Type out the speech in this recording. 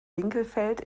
winkelfeld